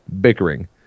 Bickering